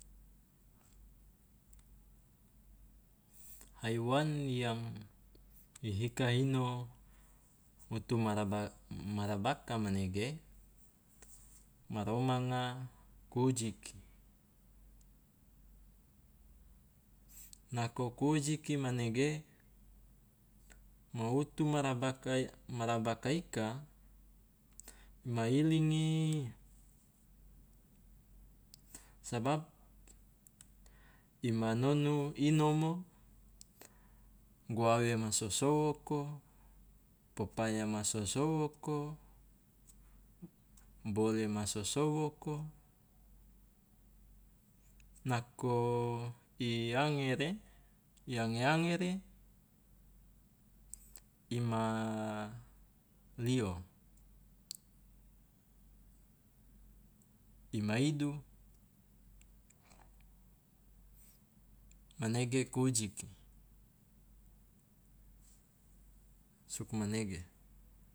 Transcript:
Haiwan yang i hika hino utu maraba marabaka manege ma romanga kwujiki, nako kwujiki manege ma utu ma rabaka ma rabaka ika ma ilingi, sabab i manonu inomo, guawe ma sosowoko, popaya ma sosowoko, bole ma sosowoko, nako i angere i ange angere i ma lio, i maidu, manege kwujiki, sugmanege.